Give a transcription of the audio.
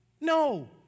no